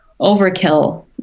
overkill